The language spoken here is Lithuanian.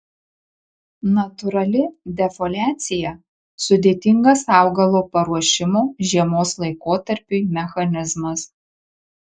natūrali defoliacija sudėtingas augalo paruošimo žiemos laikotarpiui mechanizmas